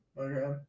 Okay